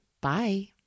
Bye